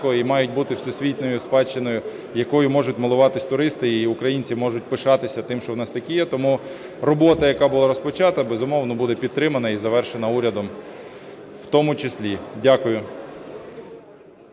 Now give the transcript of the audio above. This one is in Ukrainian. і мають бути всесвітньою спадщиною, якою можуть милуватися туристи, і українці можуть пишатися тим, що у нас таке є. Тому робота, яка була розпочата, безумовно, буде підтримана і завершена урядом в тому числі. Дякую.